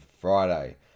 Friday